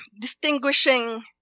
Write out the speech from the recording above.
distinguishing